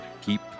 keep